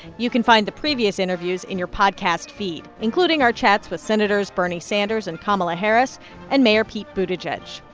you can find the previous interviews in your podcast feed, including our chats with senators bernie sanders and kamala harris and mayor pete buttigieg.